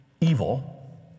evil